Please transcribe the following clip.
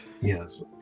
Yes